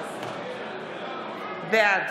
בעד